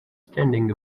standing